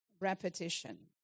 repetition